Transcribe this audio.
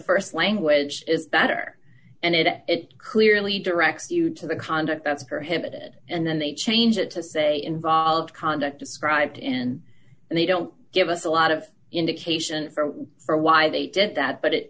st language is better and it it clearly directs you to the conduct that's her hit and then they change it to say involved conduct described in and they don't give us a lot of indication from for why they did that but it